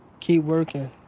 keep working.